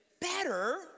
better